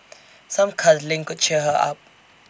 some cuddling could cheer her up